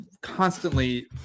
constantly